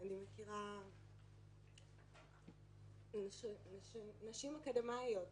אני מכירה נשים אקדמאיות